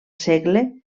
segle